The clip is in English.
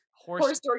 Horse